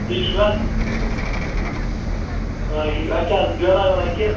ٹھیٖک چھُکھ حظ آ ٹھیٖک اَتہِ چھِ حظ بیلا ویلا کیٚنہہ